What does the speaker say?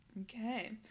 Okay